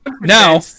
Now